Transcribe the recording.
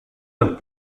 los